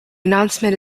announcement